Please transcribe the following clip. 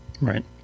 Right